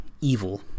evil